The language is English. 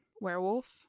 Werewolf